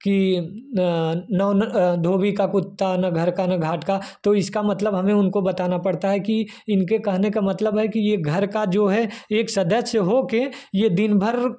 कि नौ न धोबी का कुत्ता ना घर का ना घाट का तो इसका मतलब हमें उनको बताना पड़ता है कि इनके कहने का मतलब है कि यह घर का जो है एक सदस्य हो के यह दिनभर